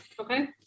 okay